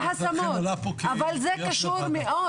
אבל זה קשור מאוד.